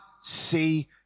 see